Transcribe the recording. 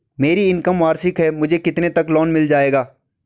मेरी इनकम वार्षिक है मुझे कितने तक लोन मिल जाएगा?